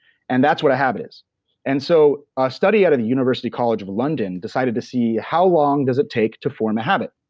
and that's what a habit is and so a study out the university college of london decided to see how long does it take to form a habit?